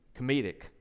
comedic